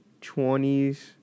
20s